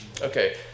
Okay